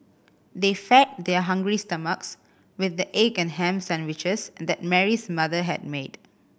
they fed their hungry stomachs with the egg and ham sandwiches that Mary's mother had made